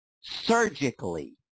surgically